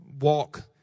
walk